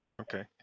okay